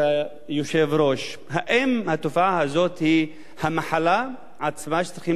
האם התופעה הזאת היא המחלה עצמה שצריכים לטפל בה או היא רק סימפטום?